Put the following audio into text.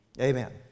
Amen